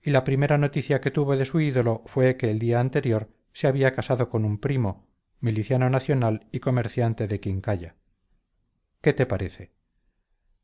y la primera noticia que tuvo de su ídolo fue que el día anterior se había casado con un primo miliciano nacional y comerciante de quincalla qué te parece